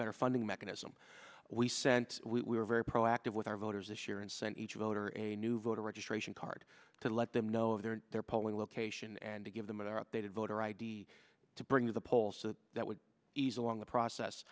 better funding mechanism we sent we were very proactive with our voters this year and sent each voter a new voter registration card to let them know they're in their polling location and to give them an updated voter id to bring to the poll so that would ease along the process